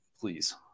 please